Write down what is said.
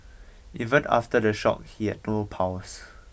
even after the shock he had no pulse